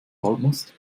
halbmast